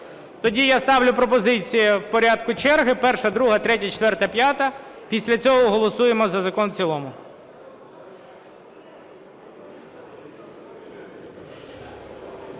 Тоді я ставлю пропозицію в порядку черги: перша, друга, третя, четверта, п'ята. Після цього голосуємо за закон в цілому.